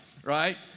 right